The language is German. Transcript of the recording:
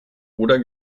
oder